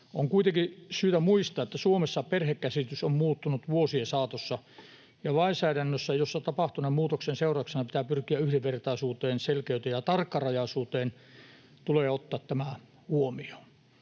On kuitenkin syytä muistaa, että Suomessa perhekäsitys on muuttunut vuosien saatossa, ja lainsäädännössä, jossa tapahtuneen muutoksen seurauksena pitää pyrkiä yhdenvertaisuuteen, selkeyteen ja tarkkarajaisuuteen, tulee ottaa tämä huomioon.